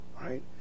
right